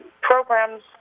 programs